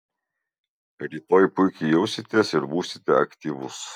rytoj puikiai jausitės ir būsite aktyvus